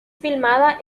filmada